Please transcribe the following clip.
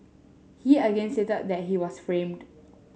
he again stated that he was framed